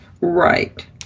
Right